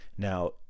Now